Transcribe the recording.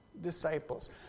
disciples